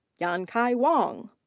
yankai wang.